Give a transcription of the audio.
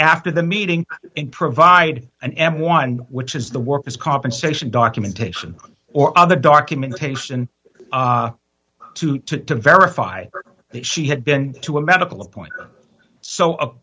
after the meeting and provide an m one which is the worker's compensation documentation or other documentation to to verify that she had been to a medical appoint